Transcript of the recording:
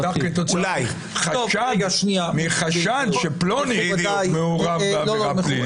זה נפתח כתוצאה מחשד שפלוני מעורב בעבירה פלילית.